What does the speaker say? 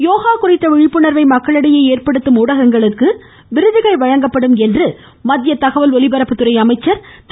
யோகா குறித்த விழிப்புணர்வை மக்களிடையே ஏற்படுத்தும் ஊடகங்களுக்கு விருதுகள் வழங்கப்படும் என்று மத்திய தகவல் ஒலிபரப்புத்துறை அமைச்சர் திரு